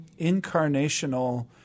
incarnational